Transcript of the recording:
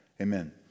Amen